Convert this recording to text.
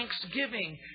thanksgiving